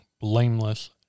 blameless